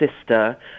sister